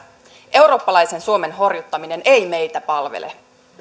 eurooppalaisen suomen horjuttaminen ei meitä palvele